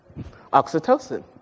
Oxytocin